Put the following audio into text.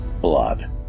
blood